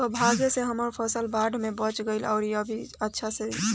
सौभाग्य से हमर फसल बाढ़ में बच गइल आउर अभी अच्छा से खिलता